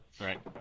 Right